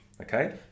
okay